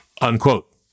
unquote